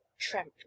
Tramp